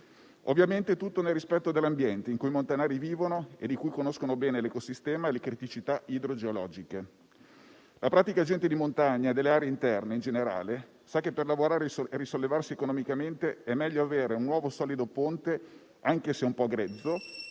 Ovviamente tutto ciò nel rispetto dell'ambiente, in cui i montanari vivono e di cui conoscono bene l'ecosistema e le criticità idrogeologiche. La pratica gente di montagna e delle aree interne in generale, sa che per lavorare e risollevarsi economicamente è meglio avere un nuovo solido ponte, anche se un po' grezzo,